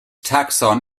taxon